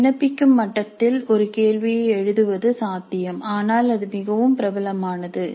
விண்ணப்பிக்கும் மட்டத்தில் ஒரு கேள்வியை எழுதுவது சாத்தியம் ஆனால் அது மிகவும் பிரபலமானது